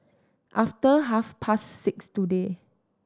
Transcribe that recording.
after half past six today